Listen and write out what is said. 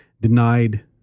denied